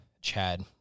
Chad